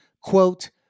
quote